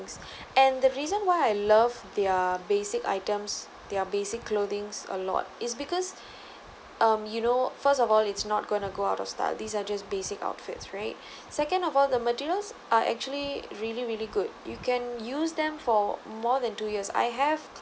and the reason why I love their basic items their basic clothings a lot is because um you know first of all it's not going to go out of style these are just basic outfits right second of all the materials are actually really really good you can use them for more than two years I have